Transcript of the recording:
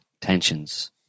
tensions